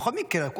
בכל מקרה,